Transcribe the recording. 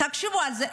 תחשבו על זה,